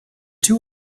two